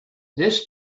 this